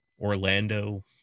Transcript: Orlando